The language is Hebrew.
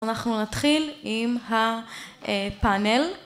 אנחנו נתחיל עם הפאנל.